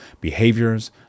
behaviors